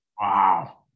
Wow